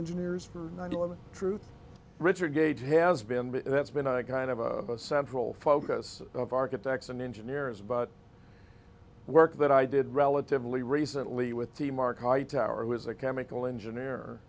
engineers for nine eleven truth richard gage has been that's been kind of a central focus of architects and engineers about work that i did relatively recently with the mark hightower who is a chemical engineer